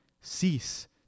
Cease